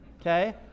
Okay